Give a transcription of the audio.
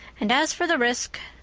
and as for the risk,